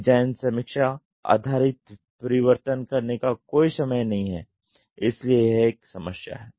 design समीक्षा आधारित परिवर्तन करने का कोई समय नहीं है इसलिए यह एक समस्या है